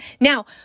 Now